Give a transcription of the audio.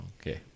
Okay